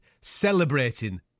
celebrating